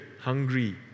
hungry